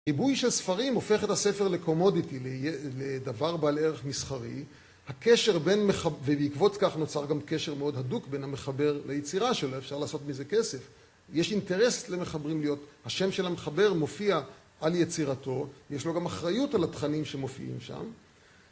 ריבוי של ספרים הופך את הספר לקומודיטי, לדבר בעל ערך מסחרי. הקשר בין מחבר, ובעקבות כך נוצר גם קשר מאוד הדוק בין המחבר ליצירה שלו, אפשר לעשות מזה כסף. יש אינטרס למחברים להיות, השם של המחבר מופיע על יצירתו, יש לו גם אחריות על התכנים שמופיעים שם.